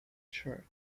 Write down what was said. short